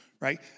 right